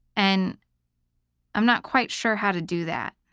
and i'm not quite sure how to do that.